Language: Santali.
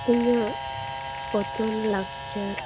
ᱤᱧᱟᱹᱜ ᱯᱚᱛᱚᱱ ᱞᱟᱠᱪᱟᱨ